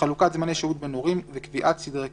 חלוקת זמני שהות בין הורים וקביעת סדרי קשר,